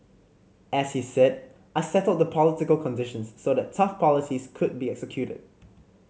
as he said I settled the political conditions so that tough policies could be executed